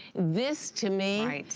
this, to me,